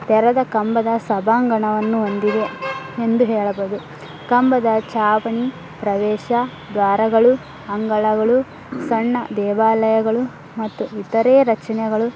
ತೆರೆದ ಕಂಬದ ಸಭಾಂಗಣವನ್ನು ಹೊಂದಿದೆ ಎಂದು ಹೇಳಬೌದು ಕಂಬದ ಚಾವಣಿ ಪ್ರವೇಶ ದ್ವಾರಗಳು ಅಂಗಳಗಳು ಸಣ್ಣ ದೇವಾಲಯಗಳು ಮತ್ತು ಇತರೆ ರಚನೆಗಳು